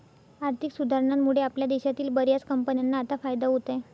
आर्थिक सुधारणांमुळे आपल्या देशातील बर्याच कंपन्यांना आता फायदा होत आहे